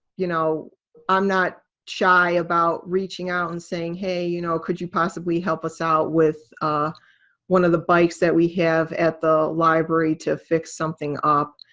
you know i'm not shy about reaching out and saying hey, you know could you possibly help us out with one of the bikes that we have at the library to fix something up?